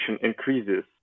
increases